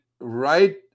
right